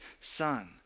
son